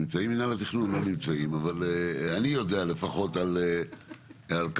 הם לא נמצאים, אבל אני יודע לפחות על כמה